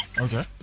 okay